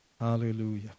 Hallelujah